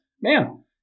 man